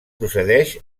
procedeix